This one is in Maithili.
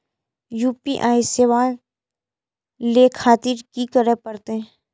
यू.पी.आई सेवा ले खातिर की करे परते?